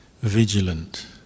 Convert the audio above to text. vigilant